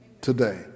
today